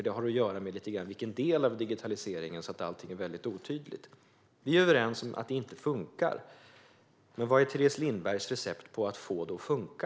Det har att göra med vilken del av digitaliseringen det handlar om. Allt är alltså väldigt otydligt. Vi är överens om att det inte funkar, men vad är Teres Lindbergs recept för att få det att funka?